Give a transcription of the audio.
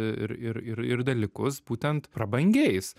ir ir ir ir dalykus būtent prabangiais